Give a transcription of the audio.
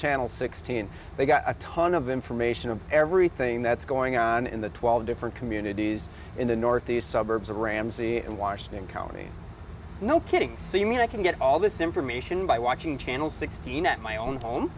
channel sixteen they got a ton of information of everything that's going on in the twelve different communities in the northeast suburbs of ramsey and washington county no kidding so you mean i can get all this information by watching channel sixteen at my own home